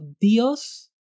Dios